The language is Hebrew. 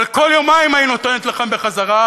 אבל כל יומיים מה היא נותנת לכם בחזרה,